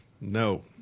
No